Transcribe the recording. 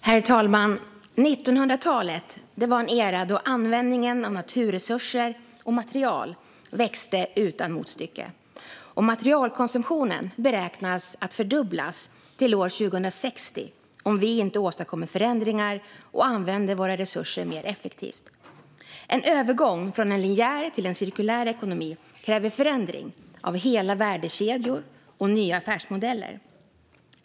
Herr talman! 1900-talet var en era då användningen av naturresurser och material växte utan motstycke. Materialkonsumtionen beräknas fördubblas till år 2060 om vi inte åstadkommer förändringar och använder våra resurser mer effektivt. En övergång från en linjär till en cirkulär ekonomi kräver förändring av hela värdekedjor samt nya affärsmodeller.